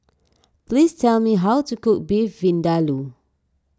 please tell me how to cook Beef Vindaloo